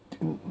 mm